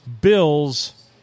Bills